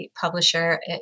publisher